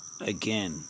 Again